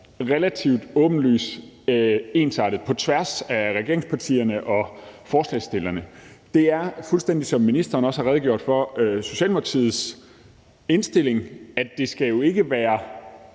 relativt åbenlyst ensartet på tværs af regeringspartierne og forslagsstillerne. Det er, fuldstændig som ministeren også har redegjort for, Socialdemokratiets indstilling, at det ikke skal være,